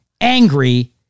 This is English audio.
angry